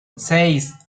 seis